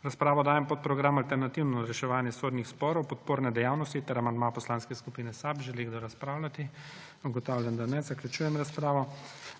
V razpravo dajem podprogram Alternativno reševanje sodnih sporov – podporne dejavnosti ter amandma Poslanske skupine SAB. Želi kdo razpravljati? Ugotavljam, da ne. Zaključujem razpravo.